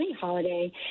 holiday